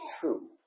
true